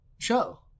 show